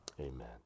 Amen